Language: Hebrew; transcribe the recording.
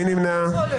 מי נמנע?